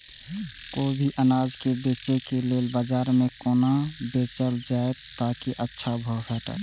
कोय भी अनाज के बेचै के लेल बाजार में कोना बेचल जाएत ताकि अच्छा भाव भेटत?